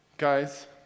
Guys